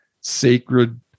sacred